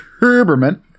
Herberman